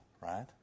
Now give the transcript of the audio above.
right